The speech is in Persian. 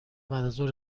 بعدازظهر